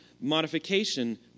modification